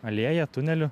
alėja tuneliu